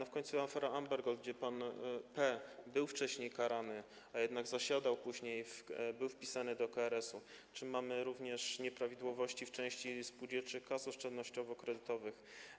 W końcu była afera Amber Gold, gdzie pan P. był wcześniej karany, a jednak zasiadał później, był wpisany do KRS-u, czy mamy również nieprawidłowości w części spółdzielczych kas oszczędnościowo-kredytowych.